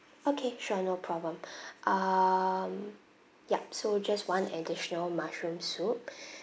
okay sure no problem um yup so just one additional mushroom soup